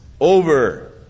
over